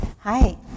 Hi